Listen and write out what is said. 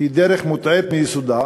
נוקטת היא דרך מוטעית מיסודה,